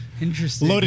interesting